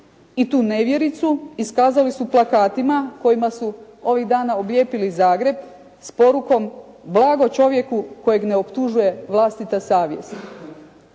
i tu nevjericu iskazali su plakatima kojima su ovih dana oblijepili Zagreb s porukom: "Blago čovjeku kojeg ne optužuje vlastita savjest."